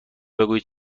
بگویید